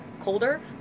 colder